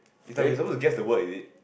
is like we suppose to guess the word is it